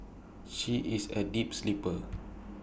she is A deep sleeper